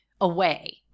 away